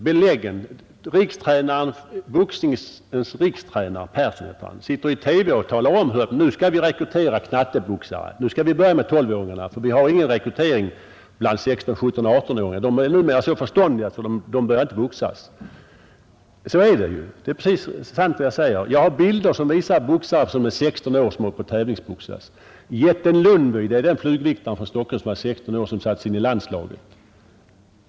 Boxningens rikstränare — Persson heter han — sitter i TV och talar om att nu skall vi rekrytera knatteboxare, nu skall vi börja med 12-åringar, för vi har ingen rekrytering bland 16-, 17 och 18-åringar. De är numera så förståndiga att de inte börjar boxas. Det är precis sant vad jag säger. Jag har bilder som visar 16-åringar som håller på och tävlingsboxas. Jätten Lundby — det är flugviktaren som är 16 år och som sattes in i landslaget.